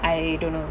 I don't know